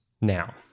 Now